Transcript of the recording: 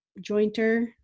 jointer